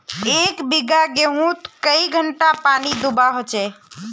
एक बिगहा गेँहूत कई घंटा पानी दुबा होचए?